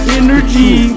energy